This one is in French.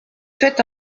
faites